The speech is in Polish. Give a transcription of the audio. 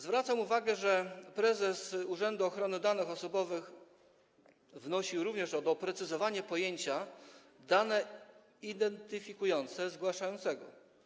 Zwracam uwagę, że prezes Urzędu Ochrony Danych Osobowych wnosi również o doprecyzowanie pojęcia „dane identyfikujące zgłaszającego”